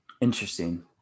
interesting